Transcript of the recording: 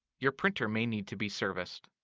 your printer may need to be serviced.